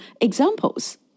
examples